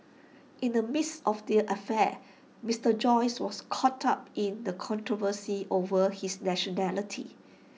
in the midst of the affair Mister Joyce was caught up in controversy over his nationality